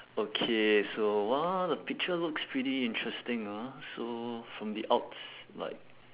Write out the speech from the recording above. okay so !wah! the picture looks pretty interesting ah so from the outs like